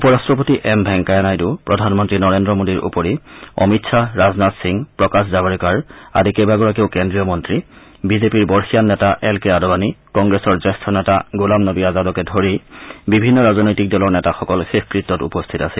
উপ ৰাষ্ট্ৰপতি এম ভেংকায়া নাইডু প্ৰধানমন্ত্ৰী নৰেড্ৰ মোডীৰ উপৰি অমিত খাহ ৰাজনাথ সিং প্ৰকাশ জাভড়েকাৰ আদি কেইবাগৰাকীও কেন্দ্ৰীয় মন্ত্ৰী বিজেপিৰ বৰ্ষীয়ান নেতা এল কে আদৱানী কংগ্ৰেছৰ জ্যেষ্ঠ নেতা গোলাম নবী আজাদকে ধৰি বিভিন্ন ৰাজনৈতিক দলৰ নেতাসকল শেষকৃত্যত উপস্থিত আছিল